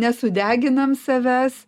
nesudeginam savęs